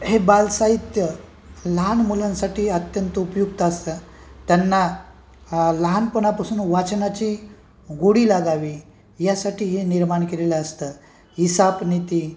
हे बालसाहित्य लहान मुलांसाठी अत्यंत उपयुक्त असतं त्यांना लहानपणापासून वाचनाची गोडी लागावी यासाठी हे निर्माण केलेलं असतं इसापनीती